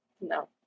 No